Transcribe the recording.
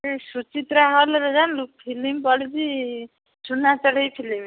ଏ ସୁଚିତ୍ରା ହଲ୍ରେ ଯଉ ଜାଣିଲୁ ଫିଲ୍ମ ପଢ଼ିଛି ସୁନା ଚଢ଼େଇ ଫିଲ୍ମ